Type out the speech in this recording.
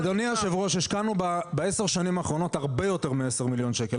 אדוני יושב הראש השקענו בשנים האחרונות הרבה יותר מעשר מיליון שקלים.